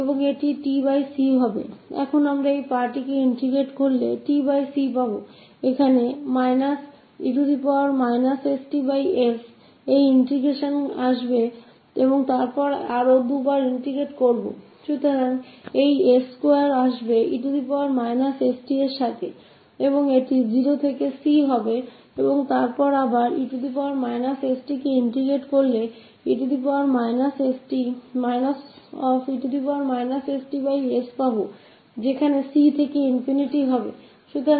हमारे पास यह है वह और अब हम integrate कर सकते है इसे टुकड़ो मे फिर से tc यह पाने क लिए यहाँ इंटीग्रेशन आ रहा है 𝑒−𝑠𝑡s और फिर से दो बार हमे इंटेग्रटे करना होगा तो यह s2 आएगा 𝑒−𝑠𝑡 क साथ और यह 0 से c और यहाँ फिर से हमारे पास है 𝑒−𝑠𝑡 इंटेग्रटे करने क बाद है 𝑒−𝑠𝑡s और c से अनंत तक